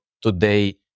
today